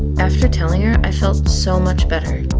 after telling her, i felt so much better,